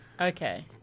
Okay